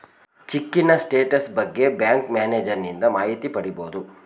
ಚಿಕ್ಕಿನ status ಬಗ್ಗೆ bank ಮ್ಯಾನೇಜರನಿಂದ ಮಾಹಿತಿ ಪಡಿಬೋದು